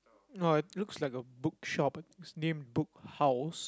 no it looks like a bookshop but it's named Book House